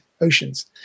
oceans